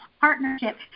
partnership